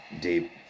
Deep